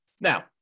Now